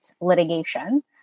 litigation